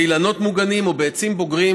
באילנות מוגנים או בעצים בוגרים,